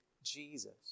Jesus